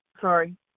sorry